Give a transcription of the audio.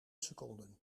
seconden